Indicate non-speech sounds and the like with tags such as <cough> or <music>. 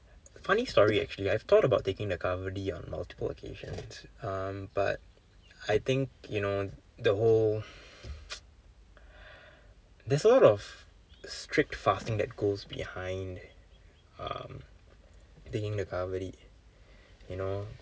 funny story actually I've thought about taking the kavadi on multiple occasions um but I think you know the whole <noise> the sort of strict fasting that goes behind um taking the kavadi you know